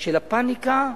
של הפניקה,